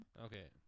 Okay